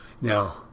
Now